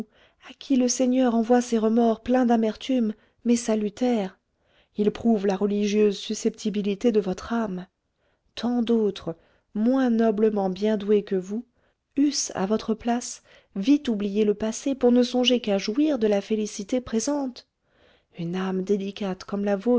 à qui le seigneur envoie ces remords pleins d'amertume mais salutaires ils prouvent la religieuse susceptibilité de votre âme tant d'autres moins noblement bien douées que vous eussent à votre place vite oublié le passé pour ne songer qu'à jouir de la félicité présente une âme délicate comme la vôtre